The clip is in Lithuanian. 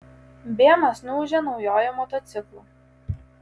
bėmas nuūžė naujuoju motociklu